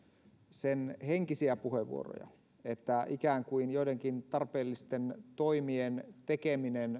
sen henkisiä puheenvuoroja että ikään kuin eduskunnan päätöksenteko olisi jotenkin hidastanut tätä prosessia joidenkin tarpeellisten toimien tekemistä